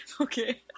Okay